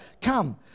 Come